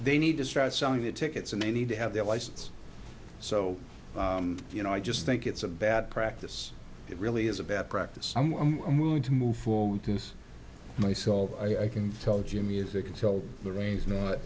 they need to start selling the tickets and they need to have their license so you know i just think it's a bad practice it really is a bad practice i'm going to move forward to see myself i can tell you music until the rains